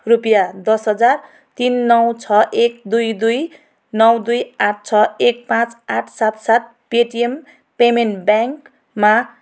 रुपियाँ दस हजार तिन नौ छ एक दुई दुई नौ दुई आठ छ एक पाँच आठ सात सात पेटिएम पेमेन्ट ब्याङ्कमा